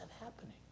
happening